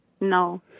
No